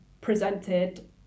presented